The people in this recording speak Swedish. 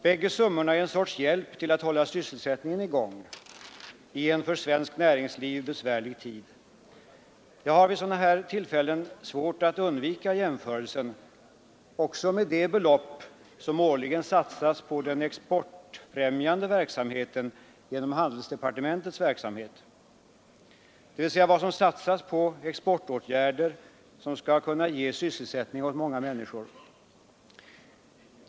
Bägge summorna är en sorts hjälp till att hålla sysselsättningen i gång i en för svenskt näringsliv besvärlig tid. Jag har vid sådana här tillfällen svårt att undvika jämförelsen också med det belopp som årligen satsas på den exportfrämjande verksamheten genom handelsdepartementets försorg, dvs. vad som satsas på exportåtgärder som skall kunna ge sysselsättning åt många människor.